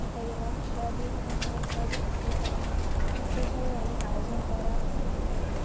ফোঁটা দেওয়া সারাদিন সারাদিন অনেক সেই সবের অনেক আয়োজন করা অনেক কিছুই হয়